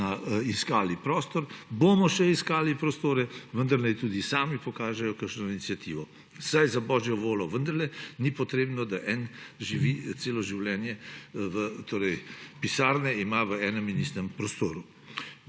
iskali prostor, bomo še iskali prostore, vendar naj tudi sami pokažejo kakšno iniciativo. Saj za božjo voljo vendarle ni potrebno, da en celo življenje ima pisarne v enem in istem prostoru.